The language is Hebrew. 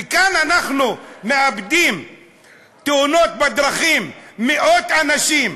וכאן אנחנו מאבדים בתאונות דרכים מאות אנשים,